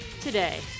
today